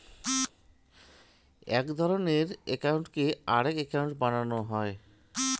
আক ধরণের একউন্টকে আরাক একউন্ট বানানো হই